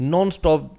Non-stop